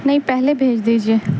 نہیں پہلے بھیج دیجیے